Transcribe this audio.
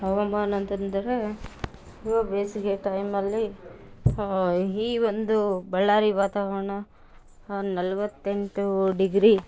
ಹವಾಮಾನ ಅಂತ ಅಂದರೆ ಇವು ಬೇಸಿಗೆ ಟೈಮಲ್ಲಿ ಈ ಒಂದು ಬಳ್ಳಾರಿ ವಾತಾವರಣ ನಲ್ವತ್ತೆಂಟು ಡಿಗ್ರಿ